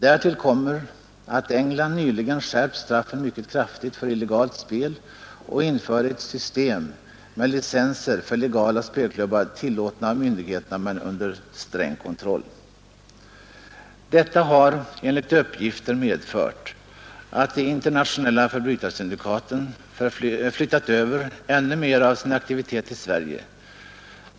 Därtill kommer att England nyligen skärpt straffen mycket kraftigt för illegalt spel och infört ett system med licenser för legala spelklubbar, tillåtna av myndigheterna men under sträng kontroll. Detta har enligt uppgifter medfört att de internationella förbrytarsyndikaten flyttat över ännu mer av sin aktivitet till Sverige.